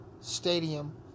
stadium